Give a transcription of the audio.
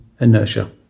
inertia